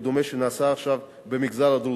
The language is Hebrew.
בדומה לנעשה עכשיו במגזר הדרוזי.